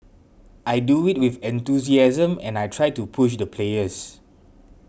I do it with enthusiasm and I try to push the players